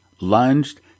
lunged